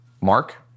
Mark